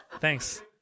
Thanks